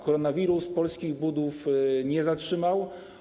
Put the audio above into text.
Koronawirus polskich budów nie zatrzymał.